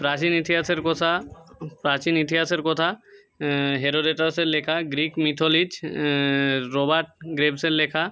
প্রাচীন ইতিহাসের কথা প্রাচীন ইতিহাসের কথা হেরোডেটাসের লেখা গ্রিক মিথোলিজ রবার্ট গ্রেভ্সের লেখা